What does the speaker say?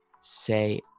say